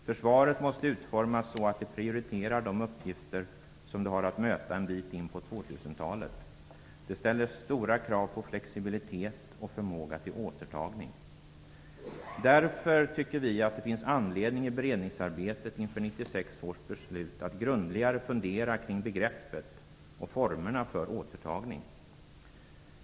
Försvaret måste utformas så att det prioriterar de uppgifter som det har att möta en bit in på 2000-talet. Det ställer stora krav på flexibilitet och förmåga till återtagning. Därför tycker vi att det finns anledning att i beredningsarbetet inför 1996 års beslut grundligare fundera kring begreppet "återtagning" och formerna för en sådan.